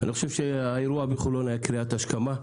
אני חושב שהאירוע בחולון היה קריאת השכמה.